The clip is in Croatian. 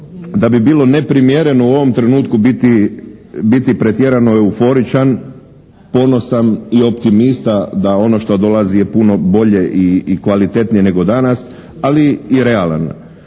da bi bilo neprimjereno u ovom trenutku biti pretjerano euforičan, ponosan i optimista da ono što dolazi je puno bolje i kvalitetnije nego danas, ali i realan.